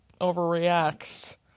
overreacts